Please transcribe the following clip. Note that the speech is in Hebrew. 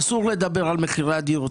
אסור לדבר על מחירי הדיור,